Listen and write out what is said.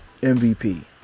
mvp